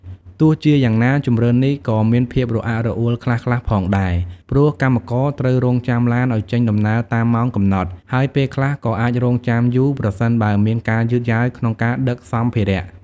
ទោះជាយ៉ាងណា ជម្រើសនេះក៏មានភាពរអាក់រអួលខ្លះៗផងដែរ ព្រោះកម្មករត្រូវរង់ចាំឡានឱ្យចេញដំណើរតាមម៉ោងកំណត់ ហើយពេលខ្លះក៏អាចរង់ចាំយូរប្រសិនបើមានការយឺតយ៉ាវក្នុងការដឹកសម្ភារៈ។